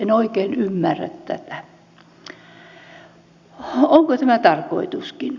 en oikein ymmärrä tätä onko tämä tarkoituskin